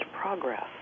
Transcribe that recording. progress